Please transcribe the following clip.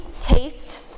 taste